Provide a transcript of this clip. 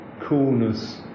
coolness